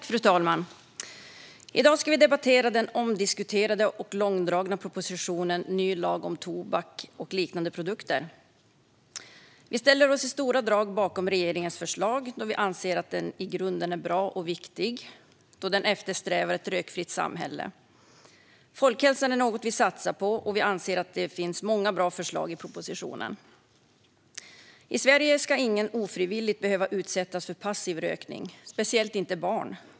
Fru talman! I dag ska vi debattera den omdiskuterade och efter långdraget arbete framtagna propositionen Ny lag om tobak och liknande produkter . Vi ställer oss i stora drag bakom regeringens förslag då vi anser att propositionen i grunden är bra och viktig då den eftersträvar ett rökfritt samhälle. Folkhälsan är något vi satsar på, och vi anser att det finns många bra förslag i propositionen. I Sverige ska ingen ofrivilligt behöva utsättas för passiv rökning, och speciellt inte barn.